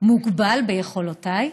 מוגבל ביכולותיי?